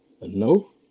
no